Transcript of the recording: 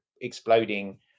exploding